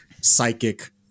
psychic